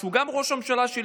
שהוא גם ראש הממשלה שלי,